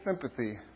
sympathy